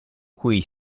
cui